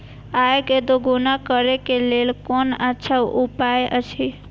आय के दोगुणा करे के लेल कोन अच्छा उपाय अछि?